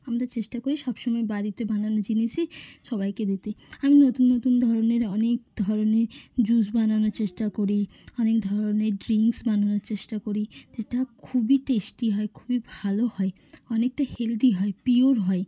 আমাদের চেষ্টা করি সব সময় বাড়িতে বানানো জিনিসই সবাইকে দিতে আমি নতুন নতুন ধরনের অনেক ধরনের জুস বানানোর চেষ্টা করি অনেক ধরনের ড্রিঙ্কস বানানোর চেষ্টা করি যেটা খুবই টেস্টি হয় খুবই ভালো হয় অনেকটা হেলদি হয় পিওর হয়